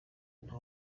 nta